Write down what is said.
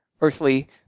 earthly